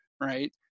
right